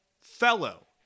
fellow